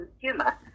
consumer